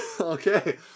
okay